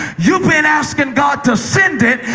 you've been asking god to send it,